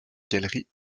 galerie